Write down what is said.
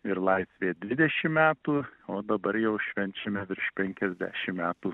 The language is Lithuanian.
ir laisvėje dvidešim metų o dabar jau švenčiame virš penkiasdešim metų